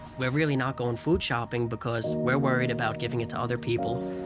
we're really not going food shopping because we're worried about giving it to other people.